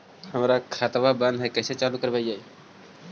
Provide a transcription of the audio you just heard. हमर खतवा बंद है कैसे चालु करवाई?